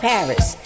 Paris